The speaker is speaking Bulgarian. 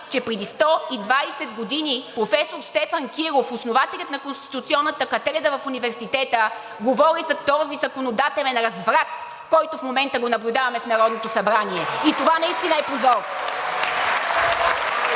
че преди 120 години професор Стефан Киров – основателят на Конституционната катедра в Университета говори за този законодателен разврат, който в момента го наблюдаваме в Народното събрание и това наистина е позор!